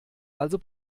also